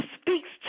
speaks